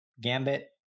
gambit